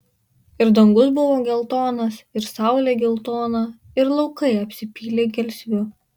ir dangus buvo geltonas ir saulė geltona ir laukai apsipylė gelsviu